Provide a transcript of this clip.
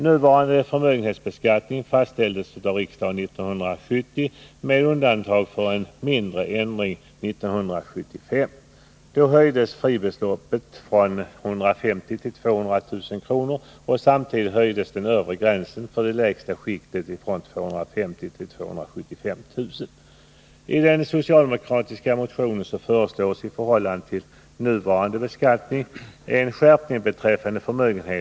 Nuvarande förmögenhetsbeskattning fastställdes av riksdagen 1970, en mindre ändring gjordes 1975. Då höjdes fribeloppet från 150 000 till 200 000 kr. Samtidigt höjdes den övre gränsen för det lägsta skiktet från 250 000 till 275 000 kr.